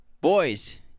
Boys